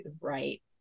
Right